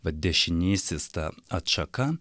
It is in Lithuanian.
va dešinysis ta atšaka